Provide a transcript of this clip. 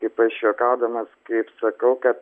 kaip aš juokaudamas kaip sakau kad